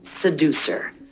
seducer